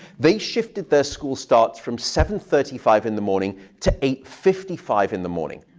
they shifted their school starts from seven thirty five in the morning to eight fifty five in the morning.